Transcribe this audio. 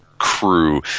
crew